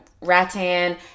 Rattan